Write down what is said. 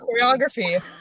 choreography